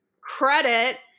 credit